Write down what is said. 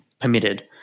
permitted